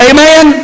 Amen